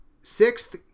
sixth